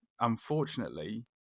unfortunately